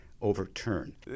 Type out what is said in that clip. overturn